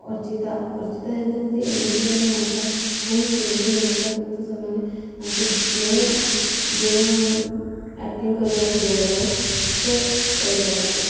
ଅର୍ଚ୍ଚତା ଅର୍ଚିତା ହେଉଛନ୍ତି ଏମିତି ଜଣେ ନାୟିକା ବହୁତ ଚୁଲବୁଲି ନାୟିକା କିନ୍ତୁ ସେମାନେ ତାଙ୍କୁ ଯେଉଁ ଯେଉଁ ଆକ୍ଟିଂ କରିବାକୁ ଦିଆଯାଏ ସେ କରିପାରନ୍ତି